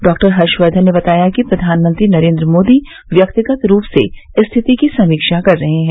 doctor Harshvardhan ने बताया कि प्रधानमंत्री नरेन्द्र मोदी व्यक्तिगत रूप से स्थिति की समीक्षा कर रहे हैं